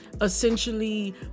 essentially